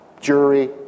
jury